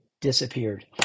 disappeared